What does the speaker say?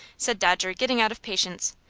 said dodger, getting out of patience.